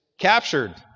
captured